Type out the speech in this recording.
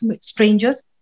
strangers